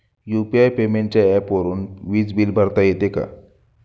UPI पेमेंटच्या ऍपवरुन वीज बिल भरता येते का?